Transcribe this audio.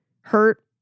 hurt